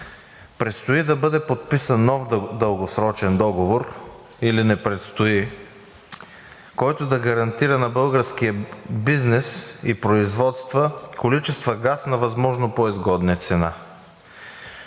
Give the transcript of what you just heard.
Предстои да бъде подписан нов дългосрочен договор, или не предстои, който да гарантира на българския бизнес и производства количества газ на възможно по изгодна цена.